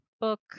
book